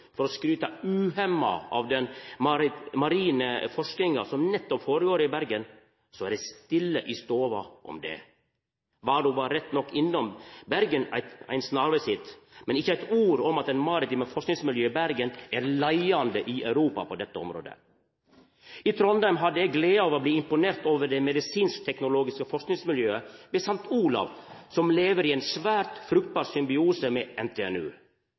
for å skryta uhemma av den marine forskinga, som nettopp går føre seg i Bergen, er det stille i stova om det. Warloe var rett nok innom Bergen ein snarvisitt, men ikkje eitt ord om at det maritime forskingsmiljøet i Bergen er leiande i Europa på dette området. I Trondheim hadde eg gleda av å bli imponert av det medisinsk-teknologiske forskingsmiljøet ved St. Olavs Hospital, som lever i ein svært fruktbar symbiose med NTNU.